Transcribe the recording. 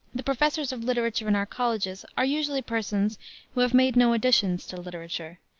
the professors of literature in our colleges are usually persons who have made no additions to literature,